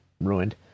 ruined